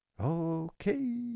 Okay